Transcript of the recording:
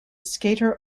skater